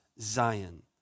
Zion